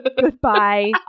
goodbye